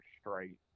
straight